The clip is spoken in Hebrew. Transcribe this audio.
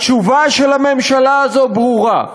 התשובה של הממשלה הזאת ברורה: